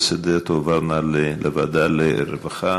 הרווחה